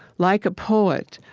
like a poet,